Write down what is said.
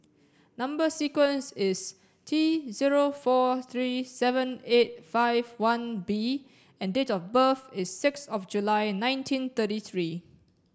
number sequence is T zero four three seven eight five one B and date of birth is six of July nineteen thirty three